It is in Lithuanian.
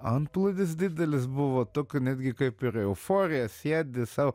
antplūdis didelis buvo tokio netgi kaip ir euforija siedi sau